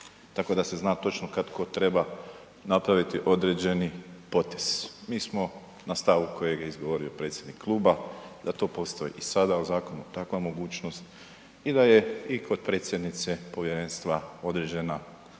tako da se zna točno kad tko treba napraviti određeni potez. Mi smo na stavu kojeg je izgovorio predsjednik kluba, da to postoji i sada u zakonu, takva mogućnost i da je i kod predsjednice povjerenstva određena